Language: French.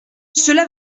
cela